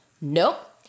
Nope